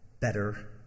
better